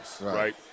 right